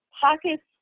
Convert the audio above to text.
Pockets